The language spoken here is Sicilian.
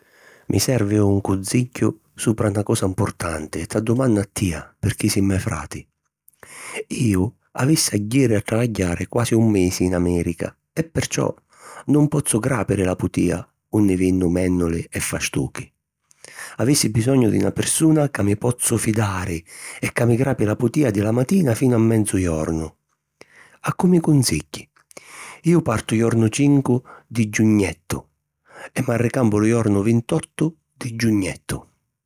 Mi servi un cunsigghiu supra na cosa mpurtanti e t'addumannu a tia pirchì si' me frati: Iu avissi a jiri a travagghiari quasi un misi in Amèrica e perciò nun pozzu gràpiri la putìa unni vinnu mènnuli e fastuchi. Avissi bisognu di na pirsuna ca mi pozzu fidari e ca mi grapi la putìa di la matina finu a menzu jornu. A cu' mi cunsigghi? Iu partu jornu cincu di giugnettu e m’arricampu lu jornu vintottu di giugnettu.